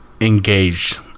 engaged